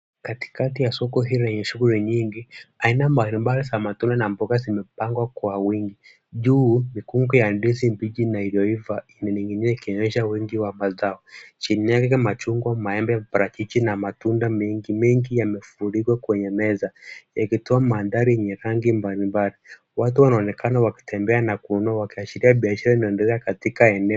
Katikati ya soko hili lenye shughuli nyingi, aina mbali mbali za matunda na mboga zimepangwa kwa wingi. Juu mikungu ya ndizi mbichi zinazo iva zimening'inia zikionyesha wingi wa mazao. Chini yake machungwa, maembe, parachichi na matunda mengi mengi yamefunikwa kwenye meza yakitoa mandhari yenye rangi mbalimbali. Watu wanaonekana waki tembea na Kununua kuashiria biashara inaendelea katika eneo.